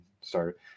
start